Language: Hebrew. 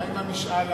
מה עם משאל העם?